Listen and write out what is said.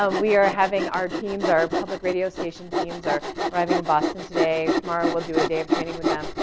um we are having our teams, our public radio station teams are arriving in boston today. tomorrow we'll do a day of training with them.